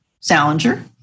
Salinger